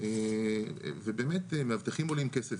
ובאמת מאבטחים עולים כסף,